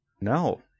No